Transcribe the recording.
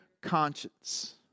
conscience